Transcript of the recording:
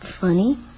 Funny